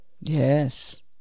yes